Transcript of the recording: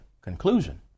conclusion